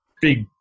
Big